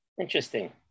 Interesting